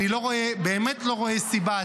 אני באמת לא רואה סיבה,